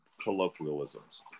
colloquialisms